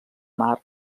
mar